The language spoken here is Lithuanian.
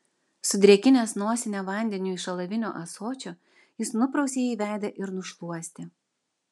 sudrėkinęs nosinę vandeniu iš alavinio ąsočio jis nuprausė jai veidą ir nušluostė